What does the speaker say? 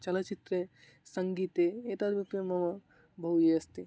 चलचित्रे सङ्गीते एतत् मुख्यं मम बहु यः अस्ति